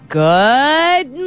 good